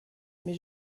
mais